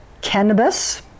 cannabis